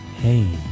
Hey